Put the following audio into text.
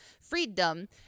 freedom